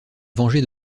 venger